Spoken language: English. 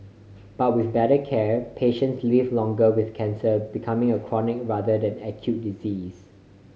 but with better care patients live longer with cancer becoming a chronic rather than acute disease